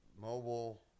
mobile